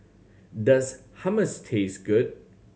does Hummus taste good